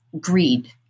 greed